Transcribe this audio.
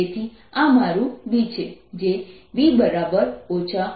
તેથી આ મારું B છે